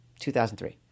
2003